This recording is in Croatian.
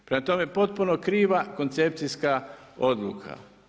Prema tome, potpuno kriva koncepcijska odluka.